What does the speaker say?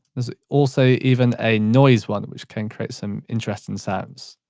there's also even a noise one, which can create some interesting sounds.